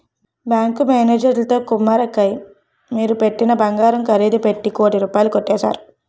bank మేనేజరుతో కుమ్మక్కై మీరు పెట్టిన బంగారం ఖరీదు పెట్టి కోటి రూపాయలు కొట్టేశారు